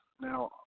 Now